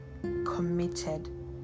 committed